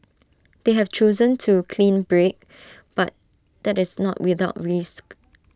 they have chosen to clean break but that is not without risk